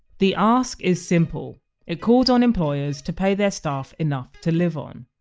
the ask is simple it calls on employers to pay their staff enough to live on.